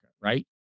right